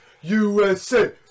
USA